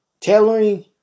tailoring